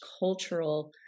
cultural